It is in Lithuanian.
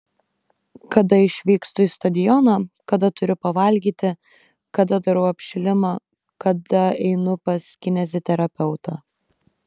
kada išvykstu į stadioną kada turiu pavalgyti kada darau apšilimą kada einu pas kineziterapeutą